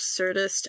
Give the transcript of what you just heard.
absurdist